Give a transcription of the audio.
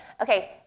okay